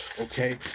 okay